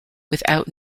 without